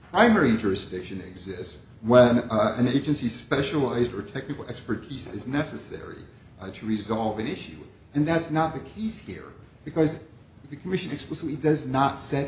married jurisdiction exist whether an agency specialized or technical expertise is necessary to resolve an issue and that's not the keys here because the commission explicitly does not set